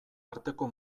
arteko